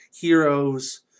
heroes